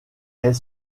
est